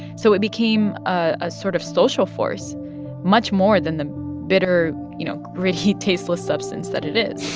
so it became a sort of social force much more than the bitter, you know, gritty, tasteless substance that it is